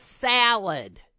salad